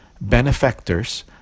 benefactors